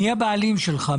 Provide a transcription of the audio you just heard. מי הבעלים שלך?